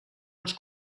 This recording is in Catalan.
els